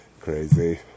Crazy